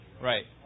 Right